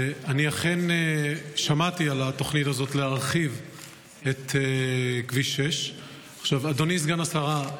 אני אכן שמעתי על התוכנית הזאת להרחיב את כביש 6. אדוני סגן השרה,